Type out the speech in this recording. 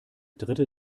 dritte